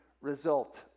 result